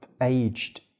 aged